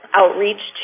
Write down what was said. outreach